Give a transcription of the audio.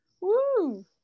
Woo